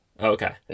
Okay